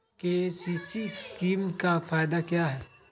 KCC scheme का फायदा क्या है?